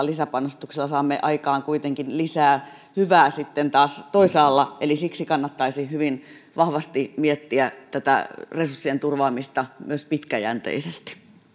lisäpanostuksilla saamme sitten aikaan kuitenkin lisää hyvää taas toisaalla eli siksi kannattaisi hyvin vahvasti miettiä tätä resurssien turvaamista myös pitkäjänteisesti